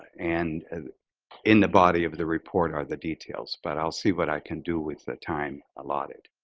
and in the body of the report are the details, but i'll see what i can do with the time allotted.